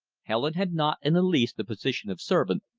helen had not in the least the position of servant,